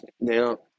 Now